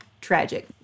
tragic